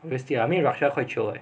honestly raksha quite chio eh